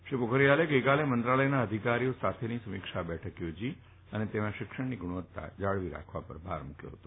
શ્રી પોખરિયાલે ગઈકાલે મંત્રાલયના અધિકારીઓ સાથે સમીક્ષા બેઠક યોજી હતી અને તેમાં શિક્ષણની ગુણવત્તા જાળવવા પર ભાર મુકયો હતો